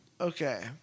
Okay